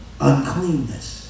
Uncleanness